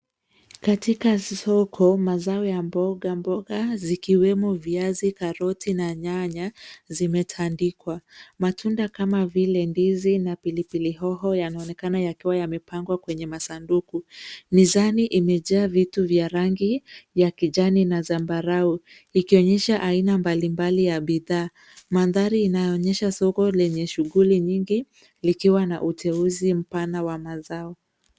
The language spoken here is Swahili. Katika soko, mazao ya mboga mboga, zikiwemo viazi, karoti na nyanya zimetandikwa. Matunda kama vile ndizi na pilipili hoho yanaonekana yakiwa yamepangwa kwenye masanduku. Mizani imejaa vitu vya rangi ya kijani na zambarau, likionyesha aina mbalimbali ya bidhaa. Mandhari inaonyesha soko lenye shughuli nyingi, likiwa na uteuzi mpana wa mazao.